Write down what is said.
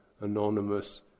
anonymous